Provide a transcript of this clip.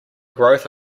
growth